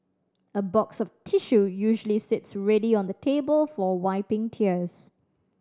a box of tissue usually sits ready on the table for wiping tears